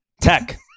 Tech